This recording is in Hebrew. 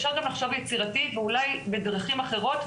אפשר לחשוב יצירתי, ואולי בדרכים אחרות.